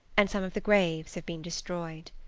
and some of the graves have been destroyed.